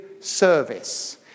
service